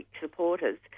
supporters